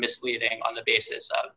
misleading on the basis